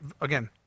again